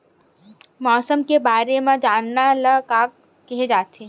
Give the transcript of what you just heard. मौसम के बारे म जानना ल का कहे जाथे?